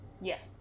Yes